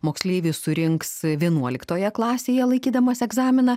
moksleivis surinks vienuoliktoje klasėje laikydamas egzaminą